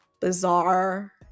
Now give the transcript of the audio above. bizarre